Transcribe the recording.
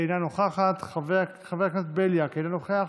אינה נוכחת, חבר הכנסת בליאק, אינו נוכח,